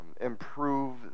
improve